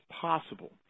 possible